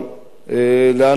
לאן נגיע,